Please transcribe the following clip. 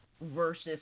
versus